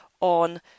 on